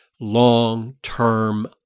long-term